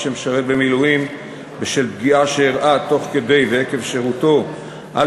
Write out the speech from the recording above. שמשרת במילואים בשל פגיעה שאירעה תוך כדי ועקב שירותו על